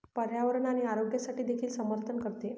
पर्यावरण आणि आरोग्यासाठी देखील समर्थन करते